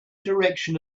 direction